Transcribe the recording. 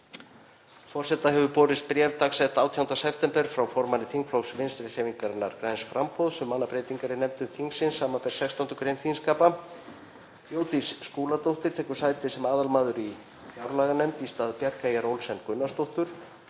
Forseta hefur borist bréf, dagsett 18. september, frá formanni þingflokks Vinstrihreyfingarinnar – græns framboðs um mannabreytingar í nefndum þingsins, sbr. 16. gr. þingskapa: Jódís Skúladóttir tekur sæti sem aðalmaður í fjárlaganefnd í stað Bjarkeyjar Olsen Gunnarsdóttur